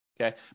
okay